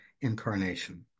incarnation